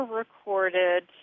recorded